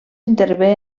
intervé